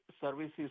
services